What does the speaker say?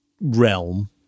realm